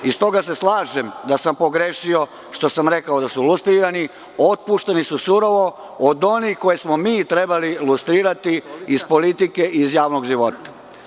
Stoga se slažem da sam pogrešio što sam rekao da su lustrirani, otpušteni su surovo od onih koje smo mi trebali lustrirati iz politike i iz javnog života.